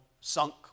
sunk